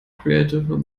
creative